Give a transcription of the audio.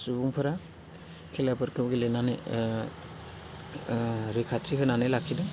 सुबुंफोरा खेलाफोरखौ गेलेनानै रैखाथि होनानै लाखिदों